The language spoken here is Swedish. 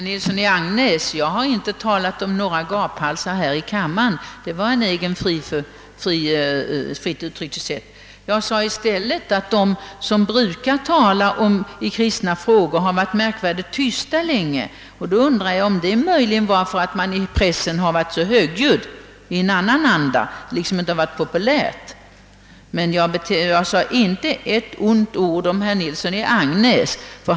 Herr talman! Jag har inte talat om några gaphalsar här i kammaren, herr Nilsson i Agnäs — det var ett eget, fritt uttryckssätt av herr Nilsson. Jag sade i stället, att de riksdagsmän som brukar tala i kristna frågor har varit märkvärdigt tysta länge. Då undrar jag, om det möjligen är därför att man i pressen har varit så högljudd i en annan anda. Jag sade inte ett ont ord om herr Nilsson i Agnäs.